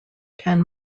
ten